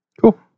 Cool